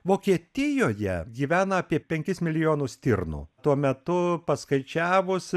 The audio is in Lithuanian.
vokietijoje gyvena apie penkis milijonus stirnų tuo metu paskaičiavus